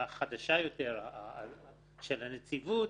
החדשה יותר של הנציבות